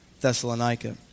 Thessalonica